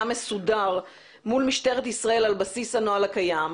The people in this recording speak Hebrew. מסודר מול משטרת ישראל על בסיס הנוהל הקיים,